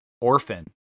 Orphan